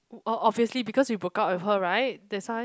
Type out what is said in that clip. u~ o~ obviously because you broke up with her right that's why